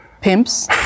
Pimps